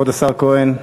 בבקשה, כבוד השר כהן.